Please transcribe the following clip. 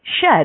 shed